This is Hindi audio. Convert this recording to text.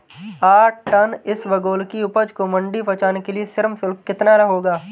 आठ टन इसबगोल की उपज को मंडी पहुंचाने के लिए श्रम शुल्क कितना होगा?